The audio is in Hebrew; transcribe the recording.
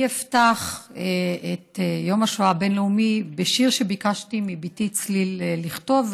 אני אפתח את יום השואה הבין-לאומי בשיר שביקשתי מבתי צליל לכתוב,